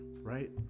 right